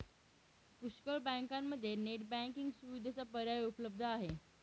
पुष्कळ बँकांमध्ये net banking सुविधेचा पर्याय उपलब्ध आहे